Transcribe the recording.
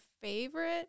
favorite